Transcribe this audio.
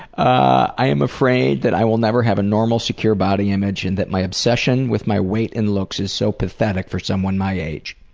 i'm afraid that i will never have a normal, secure body image and that my obsession with my weight and looks is so pathetic for someone my age.